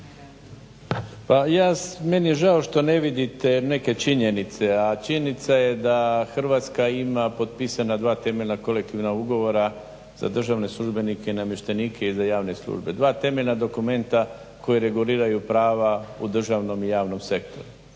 Pa ja, meni je žao što ne vidite neke činjenice, a činjenica je da Hrvatska ima potpisana dva temeljna kolektivna ugovora za državne službenike i namještenike i za javne službe. Dva temeljna dokumenta koja reguliraju prava o državnom javnom sektoru.